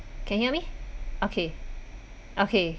can hear me okay okay